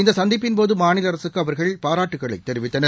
இந்த சந்திப்பின்போது மாநில அரசுக்கு அவர்கள் பாராட்டுக்களைத் தெரிவித்தனர்